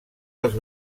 als